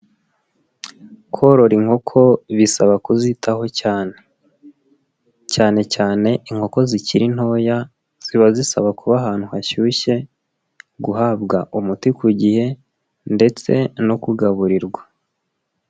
Korora inkoko bisaba kuzitaho cyane. Cyane cyane inkoko zikiri ntoya, ziba zisaba kuba ahantu hashyushye, guhabwa umuti ku gihe, ndetse no kugaburirwa.